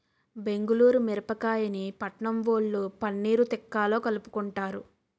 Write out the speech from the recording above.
బెంగుళూరు మిరపకాయని పట్నంవొళ్ళు పన్నీర్ తిక్కాలో కలుపుకుంటారు